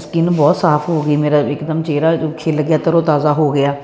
skin ਬਹੁਤ ਸਾਫ ਹੋ ਗਈ ਮੇਰਾ ਇਕ ਦਮ ਚਿਹਰਾ ਖਿਲ ਗਿਆ ਤਰੋ ਤਾਜਾ ਹੋ ਗਿਆ